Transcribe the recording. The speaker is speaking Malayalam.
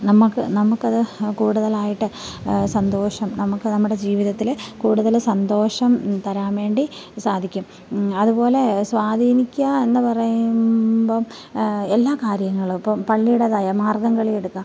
നമുക്ക് നമുക്ക് അത് കൂടുതലായിട്ട് സന്തോഷം നമുക്ക് നമ്മുടെ ജീവിതത്തിൽ കൂടുതൽ സന്തോഷം തരാൻ വേണ്ടി സാധിക്കും അതുപോലെ സ്വാധീനിക്കുക എന്ന് പറയുമ്പം എല്ലാ കാര്യങ്ങളും ഇപ്പം പള്ളിയുടേതായ മാർഗംകളി എടുക്കാം